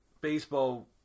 Baseball